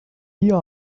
here